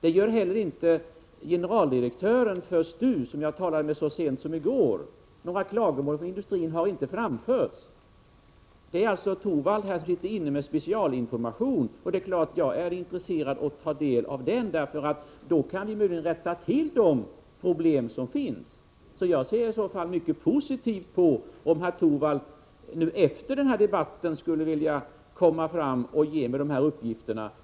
Det gör inte heller generaldirektören för STU, som jag talade med så sent som i går. Några klagomål från industrin har inte framförts. Herr Torwald sitter alltså inne med specialinformation, och det är klart att jag är intresserad av att ta del av den. Då skulle vi möjligen kunna rätta till de problem som finns. Jag ser det alltså som mycket positivt om herr Torwald efter den här debatten skulle vilja ge mig de uppgifter han har.